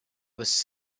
was